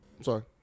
sorry